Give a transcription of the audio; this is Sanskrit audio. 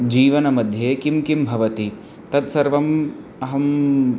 जीवनमध्ये किं किं भवति तत्सर्वम् अहं